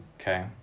Okay